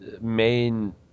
main